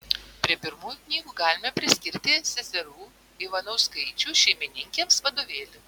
prie pirmųjų knygų galime priskirti seserų ivanauskaičių šeimininkėms vadovėlį